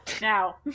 now